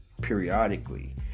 periodically